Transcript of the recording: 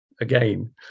again